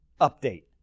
update